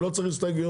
לא צריך הסתייגויות,